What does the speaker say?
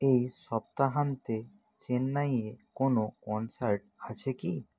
এই সপ্তাহান্তে চেন্নাইয়ে কোনো কনসার্ট আছে কি